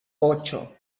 ocho